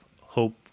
hope